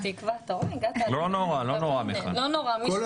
אני רוצה להתחיל בכך